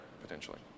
potentially